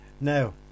Now